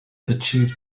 achieved